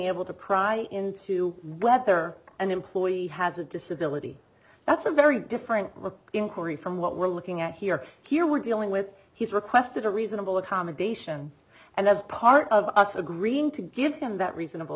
able to pry into whether an employee has a disability that's a very different inquiry from what we're looking at here here we're dealing with he's requested a reasonable accommodation and as part of us agreeing to give him that reasonable